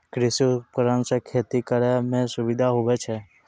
कृषि उपकरण से खेती करै मे सुबिधा हुवै छै